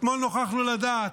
אתמול נוכחנו לדעת,